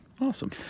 Awesome